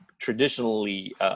traditionally